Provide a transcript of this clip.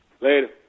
Later